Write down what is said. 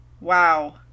Wow